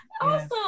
Awesome